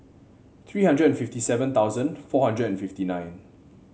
three hundred and fifty seven thousand four hundred and fifty nine